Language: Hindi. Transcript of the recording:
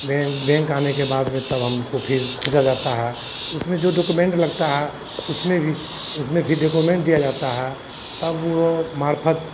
बेंक बेंक आने के बाद में तब हमको फिर खोजा जाता है तो उसमें जो डॉकाेमेन्ट लगता है उसमें भी उसमें फिर डेकोमेन्ट दिया जाता है तब वह मार्फ़त